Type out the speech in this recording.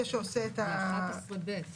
זה 11(ב),